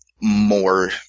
more